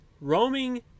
roaming